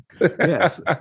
Yes